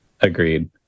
Agreed